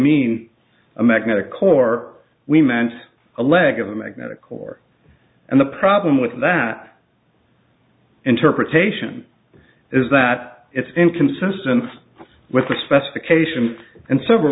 mean a magnetic core we meant a leg of a magnetic core and the problem with that interpretation is that it's inconsistent with the specification and several